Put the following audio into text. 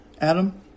Adam